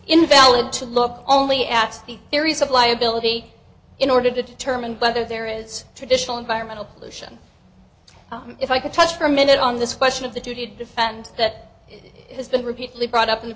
invalid to look only at the theories of liability in order to determine whether there is traditional environmental pollution if i could touch for a minute on this question of the duty to defend that it has been repeatedly brought up in the